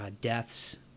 deaths